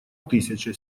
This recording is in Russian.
тысяча